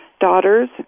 daughters